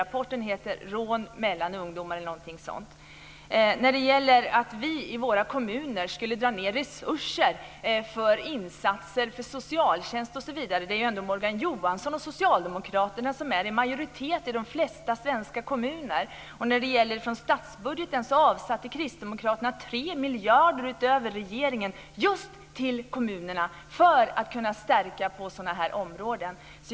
Jag tror att rapporten heter Morgan Johansson säger att vi i våra kommuner drar in på resurser för insatser för socialtjänst. Det är ju ändå Socialdemokraterna som är i majoritet i de flesta svenska kommuner. När det gäller statsbudgeten avsatte Kristdemokraterna 3 miljarder mer än regeringen till kommunerna just för att kunna stärka sådana här områden.